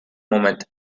moment